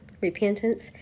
repentance